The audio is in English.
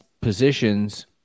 positions